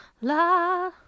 la